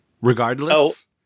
regardless